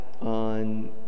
on